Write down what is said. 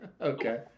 Okay